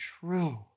true